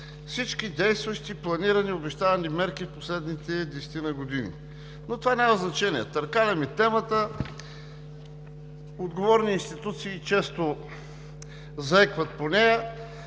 всички действащи, планирани, обещавани мерки в последните десетина години, но това няма значение – търкаляме темата, отговорни институции често заекват по нея.